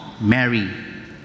Mary